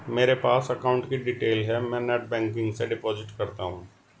मेरे पास अकाउंट की डिटेल है मैं नेटबैंकिंग से डिपॉजिट करता हूं